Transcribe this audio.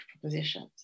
propositions